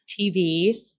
TV